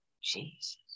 Jesus